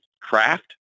craft